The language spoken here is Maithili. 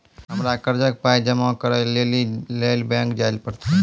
हमरा कर्जक पाय जमा करै लेली लेल बैंक जाए परतै?